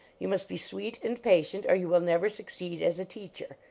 you must be sweet and patient, or you will never succeed as a teacher.